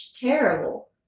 Terrible